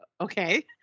okay